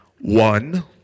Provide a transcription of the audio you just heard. one